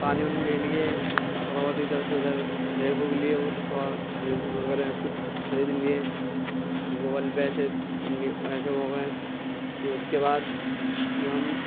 پانی وانی لے لیے تھوڑا بہت ادھر سے ادھر دیکھ ووکھ لیے وہ تھوڑا میوزیم وغیرہ کچھ خرید لیے تو وہ والے پیسے انڈیا ایسے ہو گئے پھر اس کے بعد پھر ہم